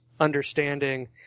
Understanding